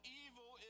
evil